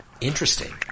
interesting